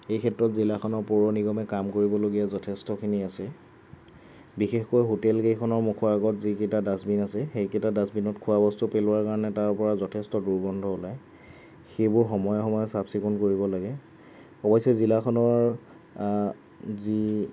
এই ক্ষেত্ৰত জিলাখনৰ পৌৰনিগমে কাম কৰিবলগীয়া যথেষ্টখিনি আছে বিশেষকৈ হোটেলকেইখনৰ মুখৰ আগত যিকেইটা ডাষ্টবিন আছে সেইকেইটা ডাষ্টবিনত খোৱা বস্তু পেলোৱাৰ কাৰণে তাৰ পৰা যথেষ্ট দুৰ্গন্ধ ওলায় সেইবোৰ সময়ে সময়ে চাফ চিকুণ কৰিব লাগে অৱশ্যে জিলাখনৰ যি